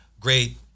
great